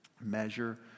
measure